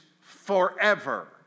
forever